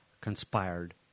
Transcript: conspired